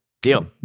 deal